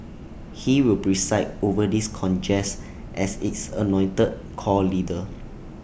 he will preside over this congress as its anointed core leader